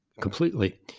completely